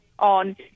on